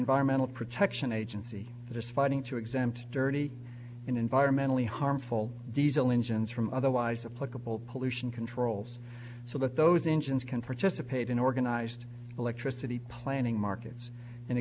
environmental protection agency that is fighting to exempt dirty environmentally harmful diesel engines from otherwise a political pollution controls so that those engines can participate in organized electricity planning markets an